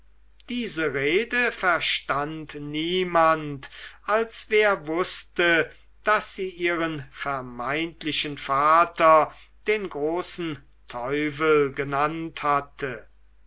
diese rede verstand niemand als wer wußte daß sie ihren vermeintlichen vater den großen teufel genannt hatte